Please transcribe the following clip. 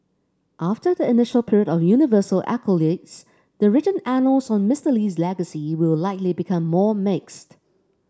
after the initial period of universal accolades the written annals on Mister Lee's legacy will likely become more mixed